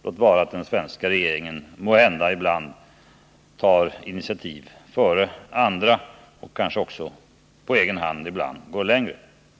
Låt vara att den svenska regeringen ibland tar initiativ före andra, och kanske ibland även på egen hand går längre.